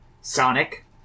Sonic